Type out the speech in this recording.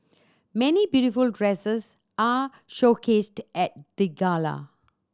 many beautiful dresses are showcased at the gala